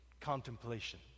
contemplation